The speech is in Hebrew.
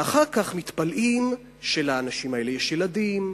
ואחר כך מתפלאים שלאנשים האלה יש ילדים,